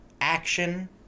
action